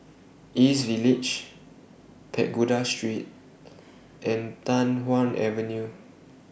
East Village Pagoda Street and Tai Hwan Avenue